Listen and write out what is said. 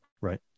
right